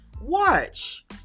watch